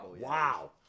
Wow